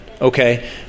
okay